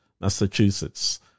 Massachusetts